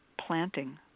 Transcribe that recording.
planting